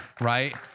right